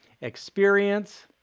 experience